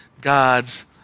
God's